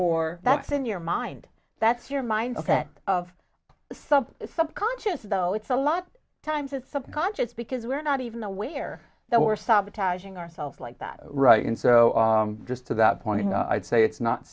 or that's in your mind that's your mind of sub sub conscious though it's a lot time to subconscious because we're not even aware that we're sabotaging ourselves like that right and so just to that point i'd say it's not